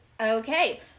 Okay